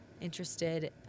interested